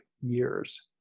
years